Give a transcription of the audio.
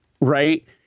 right